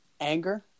anger